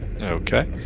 Okay